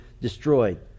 destroyed